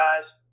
guys